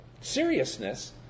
seriousness